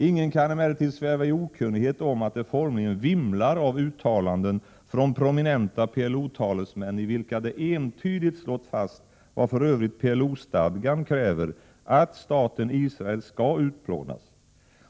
Ingen kan emellertid sväva i okunnighet om att det formligen vimlar av uttalanden från prominenta PLO-talesmän i vilka det entydigt slås fast, vad för övrigt PLO-stadgan kräver, att staten Israel skall utplånas.